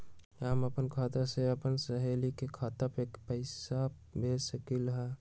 हम अपना खाता से अपन सहेली के खाता पर कइसे पैसा भेज सकली ह?